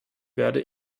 werde